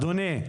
אדוני,